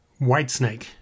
Whitesnake